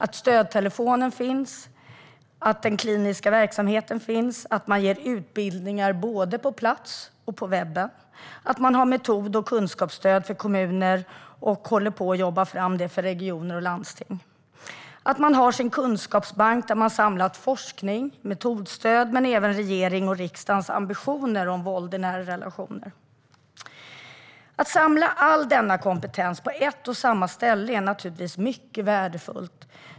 De känner till dess stödtelefon och kliniska verksamhet. De känner också till att NCK håller utbildningar både på plats och på webben och att det ges metod och kunskapsstöd för kommuner och att man håller på att ta fram det även för regioner och landsting. NCK har samlat en kunskapsbank om forskning, metodstöd och vilka ambitioner regering och riksdag har när det gäller våld i nära relationer. Att samla all denna kompetens på ett och samma ställe är naturligtvis mycket värdefullt.